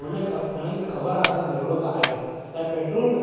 हुन खां हुननि खे ख़बर आहे असांखे ज़रूरत आहे ऐं पेट्रोल